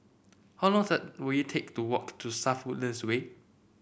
how long does will it take to walk to South Woodlands Way